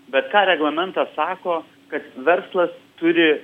bet ką reglamentas sako kad verslas turi